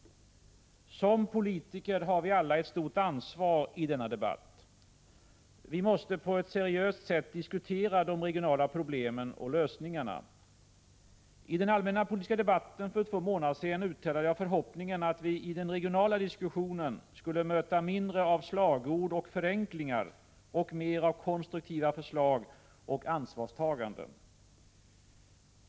Som politiker har vi alla ett stort ansvar i denna debatt. Vi måste på ett seriöst sätt diskutera de regionala problemen och lösningarna. I den allmänpolitiska debatten för två månader sedan uttalade jag förhoppningen att vi i den regionalpolitiska diskussionen skulle möta mindre av slagord och 187 Prot. 1985/86:104 förenklingar och mer av konstruktiva förslag och ansvarstagande.